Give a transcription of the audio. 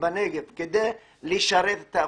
בנגב כדי לשרת את האוכלוסייה.